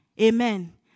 Amen